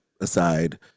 aside